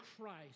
Christ